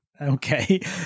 okay